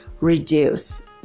reduce